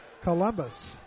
Columbus